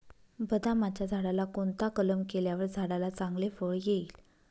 बदामाच्या झाडाला कोणता कलम केल्यावर झाडाला चांगले फळ येईल?